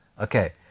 okay